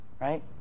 right